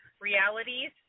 realities